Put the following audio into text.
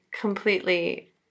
completely